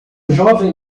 jovem